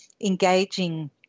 engaging